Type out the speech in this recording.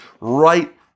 right